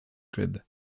club